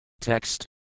Text